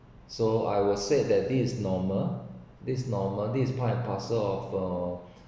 so I will say that this is normal this is normal this is part and parcel of uh